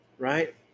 right